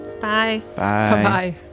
Bye-bye